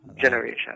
generation